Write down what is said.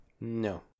no